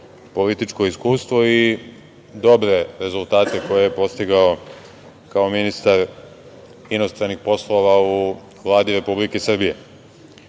političko iskustvo i dobre rezultate koje je postigao kao ministar inostranih poslova u Vladi Republike